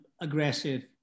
aggressive